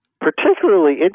particularly